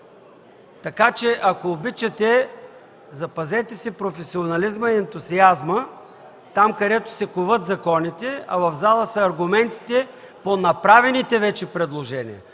Затова, ако обичате, запазете си професионализма и ентусиазма там, където се коват законите, а в залата са аргументи по направените вече предложения